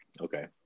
Okay